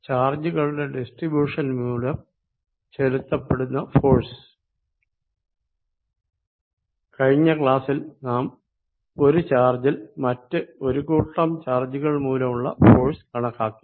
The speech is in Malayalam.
ചാർജുകളുടെ ഡിസ്ട്രിബ്യൂഷൻ മൂലം ചെലുത്തപ്പെടുന്ന ഫോഴ്സ് കഴിഞ്ഞ ക്ളാസിൽ നാം ഒരു ചാർജിൽ മറ്റ് ഒരു കൂട്ടം ചാർജുകൾ മൂലമുള്ള ഫോഴ്സ് കണക്കാക്കി